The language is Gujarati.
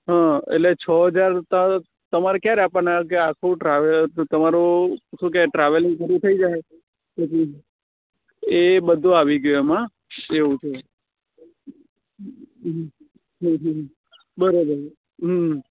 હં એટલે છ હજાર તમારે ક્યારે આપવાના કે આખું ટ્રાવેલ તમારું શું કહેવાય ટ્રાવેલિંગ પૂરું થઈ જાય પછી એ એ બધું આવી ગયું એમાં એવું છે હં હં બરોબર હં